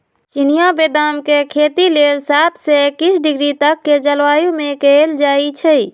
चिनियाँ बेदाम के खेती लेल सात से एकइस डिग्री तक के जलवायु में कएल जाइ छइ